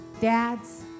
Dads